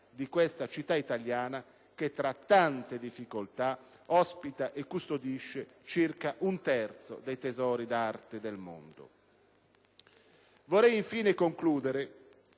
di questa città italiana che tra tante difficoltà ospita e custodisce circa un terzo dei tesori d'arte del mondo. Vorrei, infine, concludere